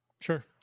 Sure